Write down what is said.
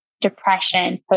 Depression